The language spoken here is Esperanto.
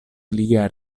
lia